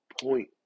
point